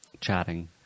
chatting